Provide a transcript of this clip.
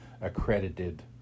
accredited